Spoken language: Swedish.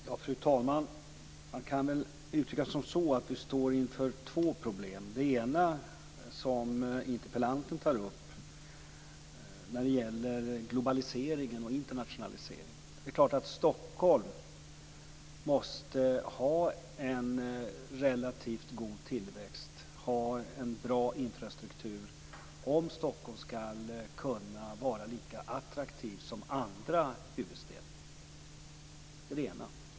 Fru talman! Man kan uttrycka det så att vi står inför två problem. Det ena problemet, som interpellanten tar upp, gäller globaliseringen och internationaliseringen. Det är klart att Stockholm måste ha en relativt god tillväxt och ha en bra infrastruktur om Stockholm skall kunna vara lika attraktivt som andra huvudstäder.